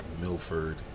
milford